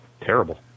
Terrible